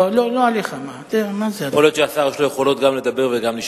יכול להיות שהשר יש לו יכולות גם לדבר וגם לשמוע.